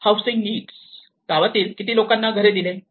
housing needs गावातील किती लोकांना घरे दिले